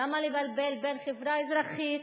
למה לבלבל בין חברה אזרחית,